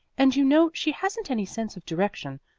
and you know she hasn't any sense of direction.